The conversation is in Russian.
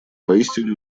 поистине